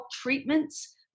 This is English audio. treatments